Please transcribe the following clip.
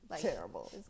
terrible